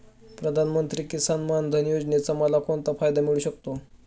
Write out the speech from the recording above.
प्रधानमंत्री किसान मान धन योजनेचा मला कोणता फायदा मिळू शकतो?